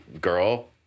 girl